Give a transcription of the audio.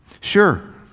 Sure